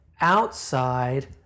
outside